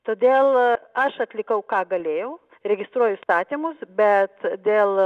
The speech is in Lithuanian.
todėl aš atlikau ką galėjau registruoju įstatymus bet dėl